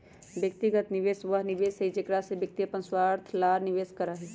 व्यक्तिगत निवेश वह निवेश हई जेकरा में व्यक्ति अपन स्वार्थ ला निवेश करा हई